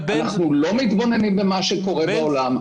אנחנו לא מתבוננים במה שקורה בעולם,